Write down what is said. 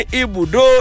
ibudo